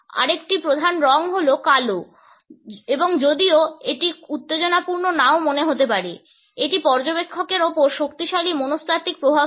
আরেকটি প্রধান রঙ হল কালো এবং যদিও এটি খুব উত্তেজনাপূর্ণ নাও মনে হতে পারে এটি পর্যবেক্ষকের উপর শক্তিশালী মনস্তাত্ত্বিক প্রভাব ফেলে